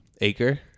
Acre